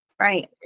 Right